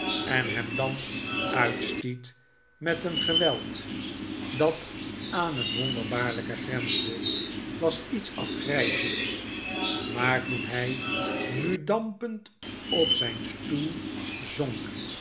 en hem dan uitstiet met een geweld dat aan het wonderbaarlijke grensde was iets afgrijselijks maar toen hij nu dampend op zijn stoel zonk